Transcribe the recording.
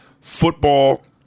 Football